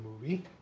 movie